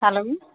hello